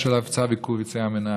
יש לו צו עיכוב יציאה מן הארץ.